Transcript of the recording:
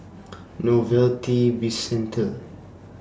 Novelty Bizcenter